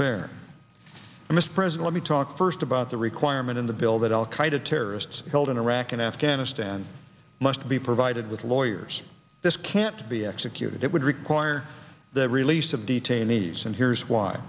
prison let me talk first about the requirement in the bill that al qaeda terrorists held in iraq and afghanistan must be provided with lawyers this can't be executed it would require the release of detainees and here's why